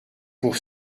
pour